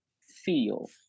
feel